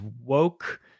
woke